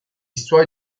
suoi